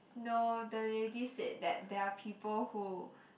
no the lady said that there are people who